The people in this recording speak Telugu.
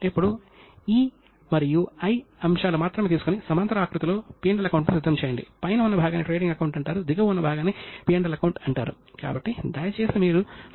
అప్పుడు గణకుల కు మంచి జీతాలు చెల్లించాలని సూచించాడు ఎందుకంటే అధిక ఆదాయం వారిని నైతికంగా ఉంచుతుంది అని ఆయన భావించాడు